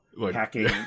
hacking